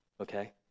Okay